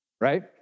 Right